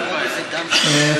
אין בעיה.